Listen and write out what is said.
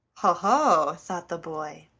ho, ho! thought the boy,